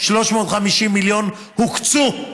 350 מיליון הוקצו.